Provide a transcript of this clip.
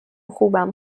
خوبم